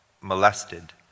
molested